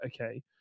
okay